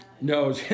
No